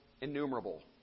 innumerable